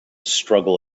struggle